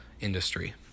industry